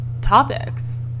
topics